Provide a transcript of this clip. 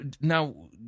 now